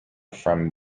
from